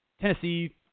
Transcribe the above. Tennessee